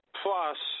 plus